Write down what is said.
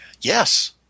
Yes